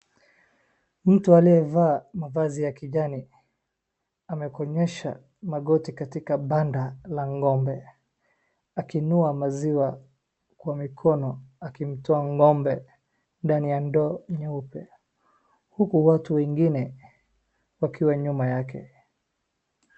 Mtu aliyevaa mavazi ya kijani amekonyesha magoti katika banda la ng'ombe akiinua maziwa kwa mikono akimtoa ng'ombe ndani ya ndoo nyeupe huku watu wengine wakiwa nyuma yake.